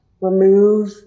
remove